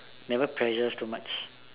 never pressure us too much